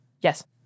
Yes